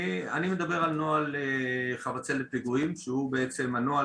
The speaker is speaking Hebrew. אני מדבר על נוהל חבצלת פיגועים שהוא הנוהל